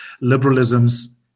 liberalism's